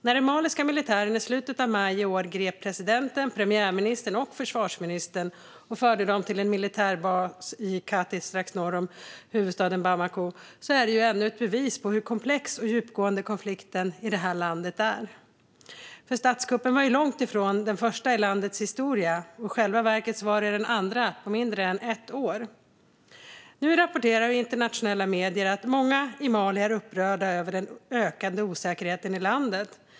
När den maliska militären i slutet av maj i år grep presidenten, premiärministern och försvarsministern och förde dem till en militärbas i Kati, strax norr om huvudstaden Bamako, var det ännu ett bevis på hur komplex och djupgående konflikten i landet är. För statskuppen var långt ifrån den första i landets historia utan var i själva verket den andra på mindre än ett år. Nu rapporterar internationella medier att många i Mali är upprörda över den ökande osäkerheten i landet.